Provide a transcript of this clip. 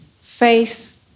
face